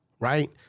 Right